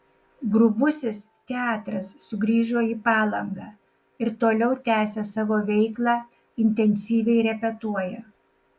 grubusis teatras sugrįžo į palangą ir toliau tęsią savo veiklą intensyviai repetuoja